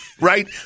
Right